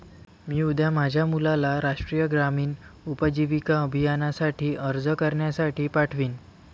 मी उद्या माझ्या मुलाला राष्ट्रीय ग्रामीण उपजीविका अभियानासाठी अर्ज करण्यासाठी पाठवीन